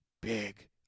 big